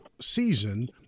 season